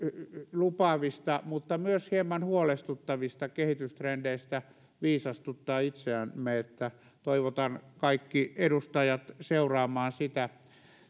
lupaavista että myös hieman huolestuttavista kehitystrendeistä viisastuttaa itseämme toivotan kaikki edustajat seuraamaan sitä